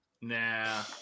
Nah